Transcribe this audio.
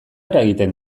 eragiten